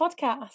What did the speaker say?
podcast